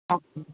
okay